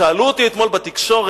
שאלו אותי אתמול בתקשורת: